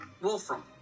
Wolfram